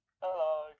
Hello